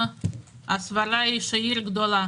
הסברה היא שלעיר גדולה